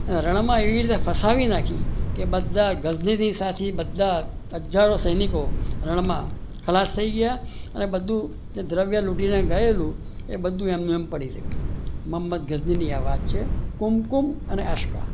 રણમાં એવી રીતે ફસાવી નાખી કે બધા ગઝનીની સાથે બધા હજારો સૈનિકો ખલાસ થઇ ગયા ને બધું દ્રવ્ય લૂંટીને ગયેલું એ બધું એમને એમ પડી રહ્યું